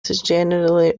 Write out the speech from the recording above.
generally